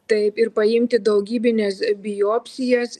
taip ir paimti daugybines biopsijas